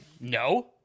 No